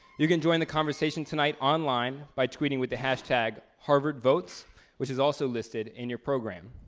you can join the conversation tonight online by tweeting with the hashtag, harvardvotes, which is also listed in your program.